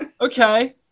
Okay